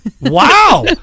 wow